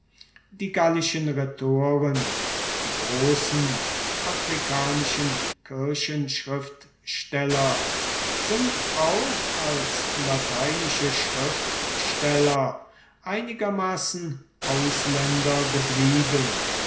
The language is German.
die gallischen rhetoren die großen afrikanischen kirchenschriftsteller sind auch als lateinische schriftsteller einigermaßen ausländer geblieben